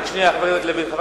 רק שנייה, חבר הכנסת לוין.